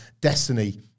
destiny